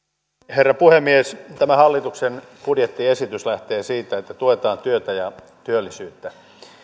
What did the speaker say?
herra puhemies tämä hallituksen budjettiesitys lähtee siitä että tuetaan työtä ja työllisyyttä